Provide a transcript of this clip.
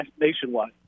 nationwide